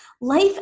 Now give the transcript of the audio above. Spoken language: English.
Life